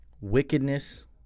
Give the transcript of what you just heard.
wickedness